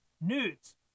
nudes